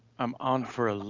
i'm on for. ah